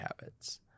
habits